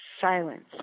Silence